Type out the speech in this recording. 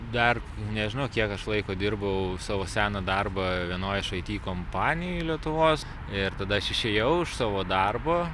dar nežinau kiek aš laiko dirbau savo seną darbą vienoj iš it kompanijų lietuvos ir tada aš išėjau iš savo darbo